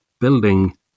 building